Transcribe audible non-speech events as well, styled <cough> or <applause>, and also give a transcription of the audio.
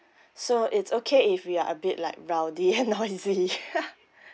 so it's okay if we are a bit like rowdy <laughs> and noisy <noise>